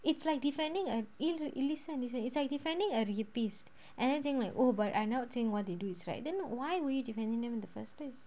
it's like defending a no listen listen it's like defending a rapist anything like oh but I not saying what they do is right then why would you defending them in the first place